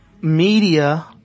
media